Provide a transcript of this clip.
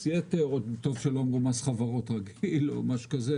מס יתר טוב שלא אמרו מס חברות רגיל או משהו כזה,